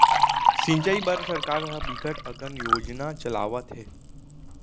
सिंचई बर सरकार ह बिकट अकन योजना चलावत हे